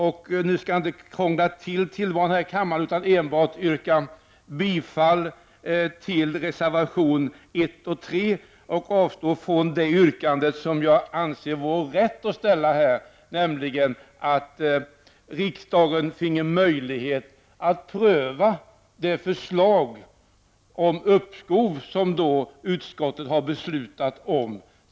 Jag skall inte krångla till tillvaron i kammaren, utan enbart yrka bifall till reservationerna nr 1 och 3. Jag avstår från det yrkande som jag anser vara rätt att framställa, nämligen att riksdagen finge möjlighet att pröva de förslag om uppskov som utskottet har beslutat om.